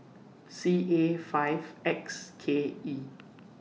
C A five X K E